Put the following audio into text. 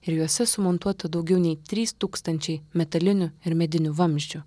ir juose sumontuota daugiau nei trys tūkstančiai metalinių ir medinių vamzdžių